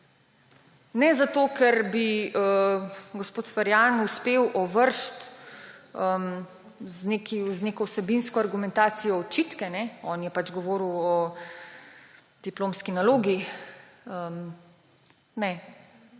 Ne zato, ker bi gospod Ferjan uspel ovreči z neko vsebinsko argumentacijo očitke, on je pač govoril o diplomski nalogi. Ne,